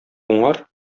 уңар